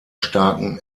starken